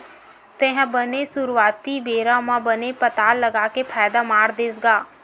तेहा बने सुरुवाती बेरा म बने पताल लगा के फायदा मार देस गा?